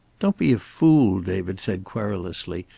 don't be a fool, david said querulously.